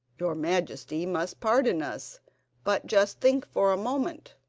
your majesty must pardon us but just think for a moment.